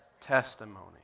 testimony